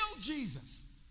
Jesus